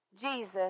Jesus